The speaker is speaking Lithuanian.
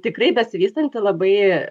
tikrai besivystanti labai